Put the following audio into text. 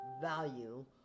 value